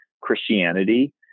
Christianity